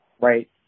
right